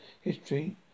History